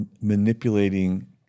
manipulating